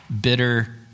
bitter